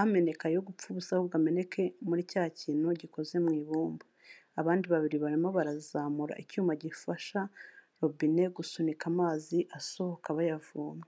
ameneka yo gupfa ubusa, ahubwo ameneke muri cya kintu gikoze mu ibumba, abandi babiri barimo barazamura icyuma gifasha robine gusunika amazi asohoka bayavoma.